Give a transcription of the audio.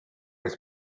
its